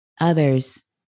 others